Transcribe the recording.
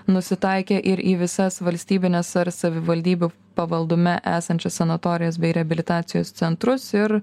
nusitaikė ir į visas valstybines ar savivaldybių pavaldume esančias sanatorijas bei reabilitacijos centrus ir